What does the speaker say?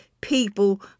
people